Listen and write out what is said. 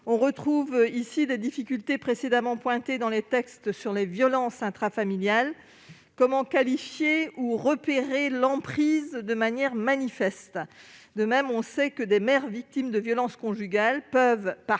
On retrouve ici des difficultés précédemment pointées dans les textes sur les violences intrafamiliales. Comment qualifier ou repérer l'emprise de manière manifeste ? De même, on sait que des mères victimes de violences conjugales peuvent, par